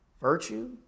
virtue